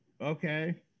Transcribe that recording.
Okay